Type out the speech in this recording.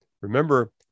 Remember